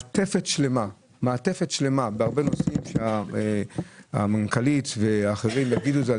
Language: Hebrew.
יש מעטפת שלמה בהרבה נושאים שהמנכ"לית והעובדים האחרים יאמרו זאת.